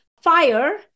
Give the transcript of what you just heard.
fire